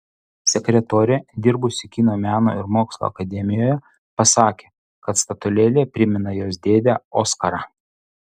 sekretorė dirbusi kino meno ir mokslo akademijoje pasakė kad statulėlė primena jos dėdę oskarą